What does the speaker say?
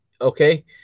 Okay